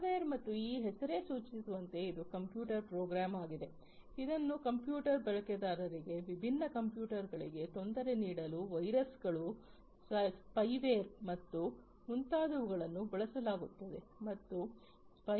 malware ಮತ್ತು ಈ ಹೆಸರೇ ಸೂಚಿಸುವಂತೆ ಇದು ಕಂಪ್ಯೂಟರ್ ಪ್ರೋಗ್ರಾಂ ಆಗಿದೆ ಇದನ್ನು ಕಂಪ್ಯೂಟರ್ ಬಳಕೆದಾರರಿಗೆ ವಿಭಿನ್ನ ಕಂಪ್ಯೂಟರ್ ಗಳಿಗೆ ತೊಂದರೆ ನೀಡಲು ವೈರಸ್ಗಳು ಸ್ಪೈವೇರ್ ಮತ್ತು ಮುಂತಾದವುಗಳನ್ನು ಬಳಸಲಾಗುತ್ತದೆ